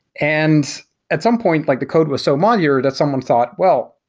and at some point, like the code was so modular that someone thought, well,